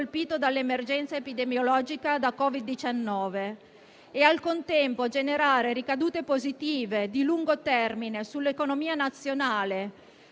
In conclusione, mi rivolgo a tutti i cittadini che ci sostengono fuori da questi palazzi e che hanno creduto nel MoVimento 5 Stelle